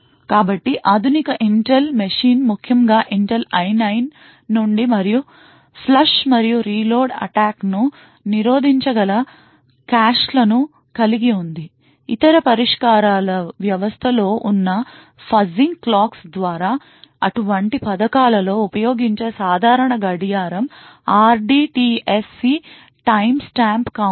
కాబట్టి ఆధునిక Intel machine ముఖ్యంగా Intel I9 నుండి మరియు ఫ్లష్ మరియు రీలోడ్ అటాక్ను నిరోధించగల కాష్లను కలిగి ఉంది ఇతర పరిష్కారాలు వ్యవస్థలో ఉన్న fuzzing clocks ద్వారా అటువంటి పథకాలలో ఉపయోగించే సాధారణ గడియారం RDTSC టైమ్స్టాంప్ కౌంటర్